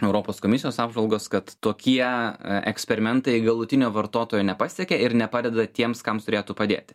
europos komisijos apžvalgos kad tokie eksperimentai galutinio vartotojo nepasiekia ir nepadeda tiems kams turėtų padėti